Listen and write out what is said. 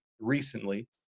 recently